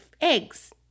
Eggs